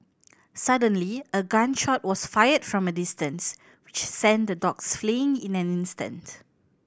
suddenly a gun shot was fired from a distance which sent the dogs fleeing in an instant